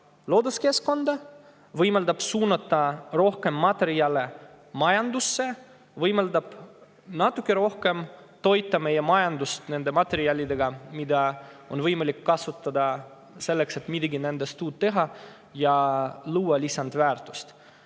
looduskeskkonna, võimaldab suunata rohkem materjale majandusse ning võimaldab natuke rohkem toita meie majandust nende materjalidega, mida on võimalik kasutada selleks, et teha midagi uut ja luua lisandväärtust.